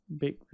Big